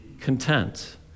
content